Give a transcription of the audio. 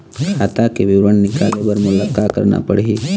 खाता के विवरण निकाले बर मोला का करना पड़ही?